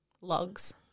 logs